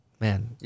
man